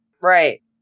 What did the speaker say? Right